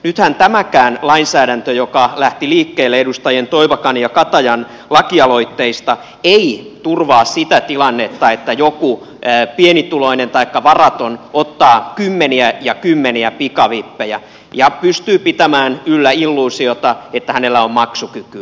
nythän tämäkään lainsäädäntö joka lähti liikkeelle edustajien toivakka ja kataja lakialoitteista ei turvaa sitä tilannetta että joku pienituloinen taikka varaton ottaa kymmeniä ja kymmeniä pikavippejä ja pystyy pitämään yllä illuusiota että hänellä on maksukykyä